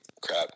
crap